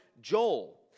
Joel